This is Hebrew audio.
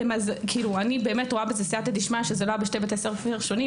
אני באמת רואה בזה סיעתא דשמיא שזה לא היה בשני בתי ספר שונים,